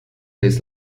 his